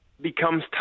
becomes